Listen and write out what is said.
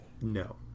No